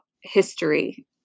history